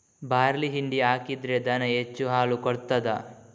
Barley ಪಿಂಡಿ ಹಾಕಿದ್ರೆ ದನ ಹೆಚ್ಚು ಹಾಲು ಕೊಡ್ತಾದ?